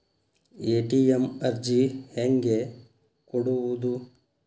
ATM ಅರ್ಜಿ ಹೆಂಗೆ ಕೊಡುವುದು?